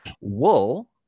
wool